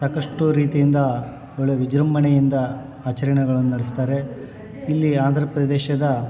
ಸಾಕಷ್ಟು ರೀತಿಯಿಂದ ಒಳ್ಳೆ ವಿಜೃಂಭಣೆಯಿಂದ ಆಚರಣೆಗಳನ್ ನಡೆಸ್ತಾರೆ ಇಲ್ಲಿ ಆಂಧ್ರ ಪ್ರದೇಶದ